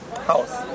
house